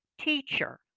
teacher